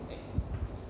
like